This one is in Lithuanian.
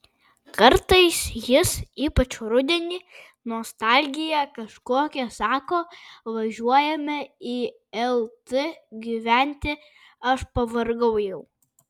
kartais jis ypač rudenį nostalgija kažkokia sako važiuojame į lt gyventi aš pavargau jau